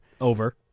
Over